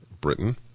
Britain